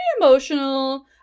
emotional